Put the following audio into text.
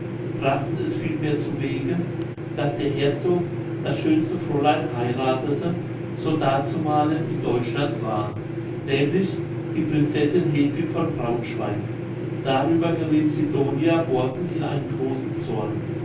brachten es vielmehr zu wege daß der herzog das schönste fräulein heirathete so dazumalen in deutschland war nämlich die prinzessin hedwig von braunschweig darüber gerieth sidonia borken in einen großen zorn